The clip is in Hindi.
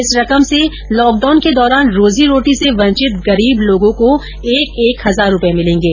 इस रकम से लॉकडाउन के दौरान रोजीरोटी से वंचित गरीब लोगों को एक एक हजार रूपये मिलेंगे